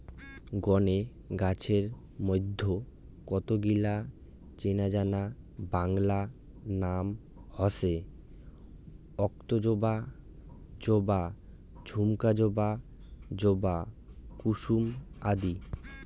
গণে গছের মইধ্যে কতগিলা চেনাজানা বাংলা নাম হসে অক্তজবা, জবা, ঝুমকা জবা, জবা কুসুম আদি